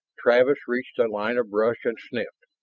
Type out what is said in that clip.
travis reached a line of brush and sniffed.